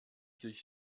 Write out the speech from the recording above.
sich